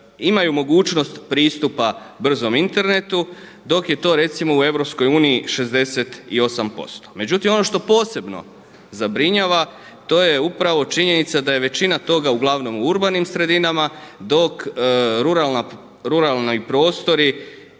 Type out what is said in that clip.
imaju mogućnost pristupa brzom internetu dok je to recimo u EU 68%. Međutim, ono što posebno zabrinjava to je upravo činjenica da je većina toga uglavnom u urbanim sredinama dok ruralni prostori